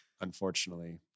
unfortunately